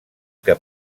que